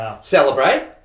Celebrate